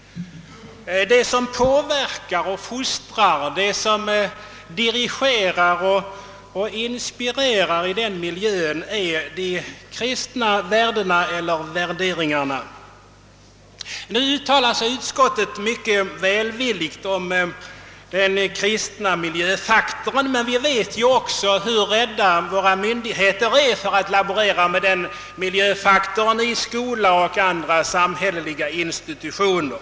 Det som påverkar och fostrar, dirigerar och ispirerar i den miljön är de kristna värdena eller värderingarna. Utskottet har uttalat sig mycket välvilligt om den kristna miljöfaktorn, men vi vet också hur rädda myndigheter är för att laborera med den faktorn i skolan och i andra samhälleliga institutioner.